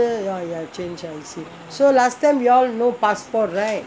ya ya change I_C so last time you all no passport right